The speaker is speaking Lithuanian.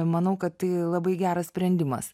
manau kad tai labai geras sprendimas